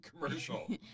commercial